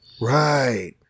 Right